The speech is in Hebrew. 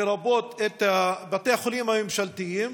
לרבות בתי החולים הממשלתיים,